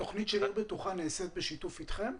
התוכנית של עיר בטוחה נעשית בשיתוף אתכם?